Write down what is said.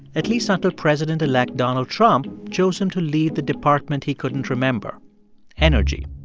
at least under president-elect donald trump chose him to lead the department he couldn't remember energy.